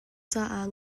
caah